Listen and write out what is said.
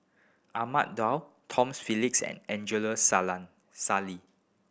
Ahmad Daud Tom Phillips and Angela Sally